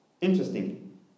Interesting